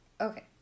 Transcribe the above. Okay